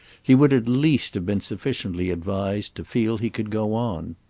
he would at least have been sufficiently advised to feel he could go on.